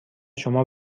شما